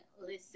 listen